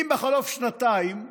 אם בחלוף שנתיים הממשלה,